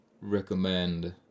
recommend